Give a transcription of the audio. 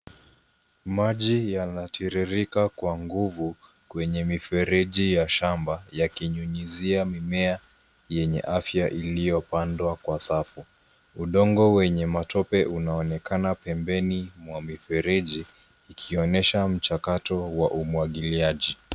Maji yanatiririka kwa nguvu kwenye mifereji ya shamba yakinyunyizia mimea yenye afya iliyopandwa kwa safu. Udongo wenye matope unaonekana pembeni mwa mifereji ikionyesha mchakato wa umwagiliaji.